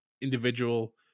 individual